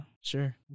sure